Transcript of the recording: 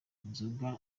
inzoga